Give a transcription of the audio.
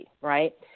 right